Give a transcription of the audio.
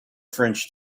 french